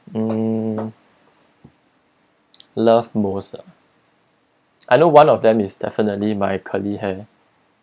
hmm love most ah I know one of them is definitely my curly hair